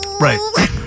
right